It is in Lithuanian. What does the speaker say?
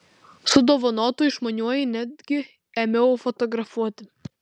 su dovanotu išmaniuoju netgi ėmiau fotografuoti